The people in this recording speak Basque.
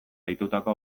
deitutako